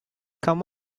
come